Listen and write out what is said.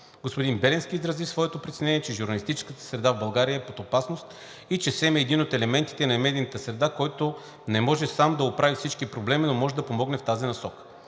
Господин Беленски изрази своето притеснение, че журналистическата среда в България е под опасност и че СЕМ е само един от елементите на медийната среда, който не може сам да оправи всички проблеми, но може да помогне в тази насока.